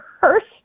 first